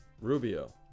Rubio